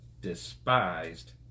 despised